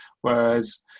Whereas